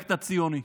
בפרויקט הציוני.